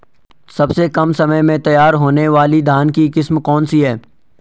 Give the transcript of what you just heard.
सबसे कम समय में तैयार होने वाली धान की किस्म कौन सी है?